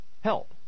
help